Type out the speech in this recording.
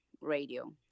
Radio